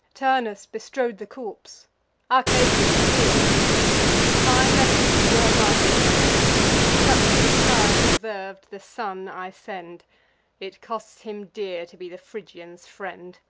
turnus bestrode the corpse arcadians, hear, said he my message to your master bear such as the sire deserv'd, the son i send it costs him dear to be the phrygians' friend.